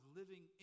living